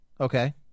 Okay